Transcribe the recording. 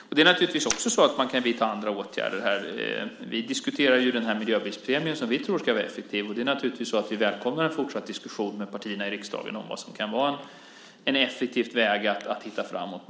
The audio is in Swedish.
Man kan naturligtvis också vidta andra åtgärder. Vi diskuterar ju den här miljöbilspremien som vi tror ska vara effektiv. Och vi välkomnar naturligtvis en fortsatt diskussion med partierna i riksdagen om vad som kan vara en effektiv väg för att hitta framåt.